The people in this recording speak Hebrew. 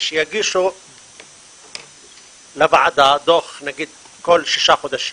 ושיגישו לוועדה דוח, נגיד כל שישה חודשים,